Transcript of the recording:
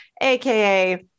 aka